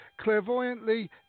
clairvoyantly